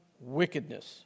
wickedness